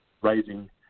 raising